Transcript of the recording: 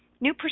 new